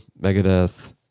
Megadeth